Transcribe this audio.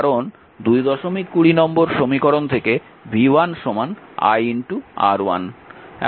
কারণ 220 নম্বর সমীকরণ থেকে v1 i R1